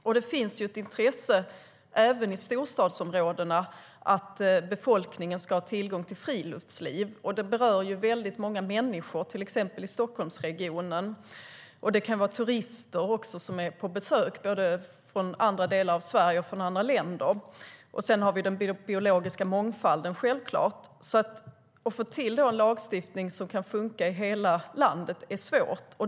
Även i storstadsområdena finns det ett intresse av att befolkningen ska ha tillgång till friluftsliv, och det berör väldigt många människor, till exempel i Stockholmsregionen. Det kan handla om turister som är på besök både från andra delar av Sverige och från andra länder. Dessutom måste man självklart ta hänsyn till den biologiska mångfalden. Att få till en lagstiftning som fungerar i hela landet är svårt.